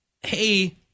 hey